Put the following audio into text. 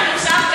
לא, אפשר גם